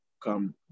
come